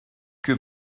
que